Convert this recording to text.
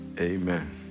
amen